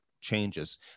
changes